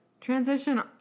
transition